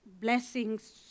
blessings